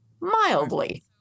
mildly